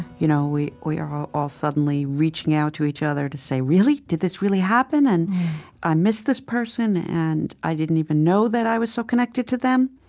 you know, we're all all suddenly reaching out to each other to say really? did this really happen? and i miss this person, and i didn't even know that i was so connected to them.